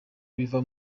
biva